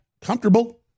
comfortable